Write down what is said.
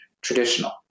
traditional